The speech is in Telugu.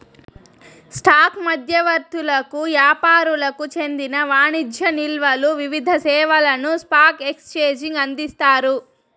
స్టాక్ మధ్యవర్తులకు యాపారులకు చెందిన వాణిజ్య నిల్వలు వివిధ సేవలను స్పాక్ ఎక్సేంజికి అందిస్తాయి